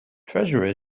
treasure